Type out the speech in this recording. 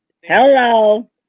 hello